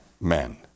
men